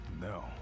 No